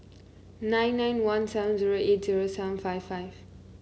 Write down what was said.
nine nine one seven zero eight zero seven five five